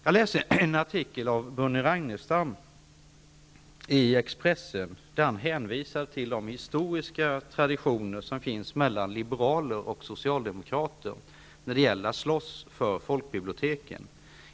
Jag läste en artikel av Bunny Ragnerstam i Expressen där han hänvisade till de historiska traditionerna av samarbete mellan Liberaler och Socialdemokrater när det gäller att slåss för folkbiblioteken.